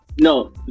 No